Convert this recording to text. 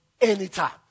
anytime